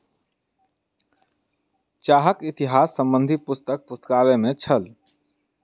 चाहक इतिहास संबंधी पुस्तक पुस्तकालय में छल